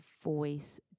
voice